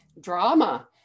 drama